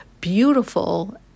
beautiful